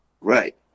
Right